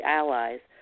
allies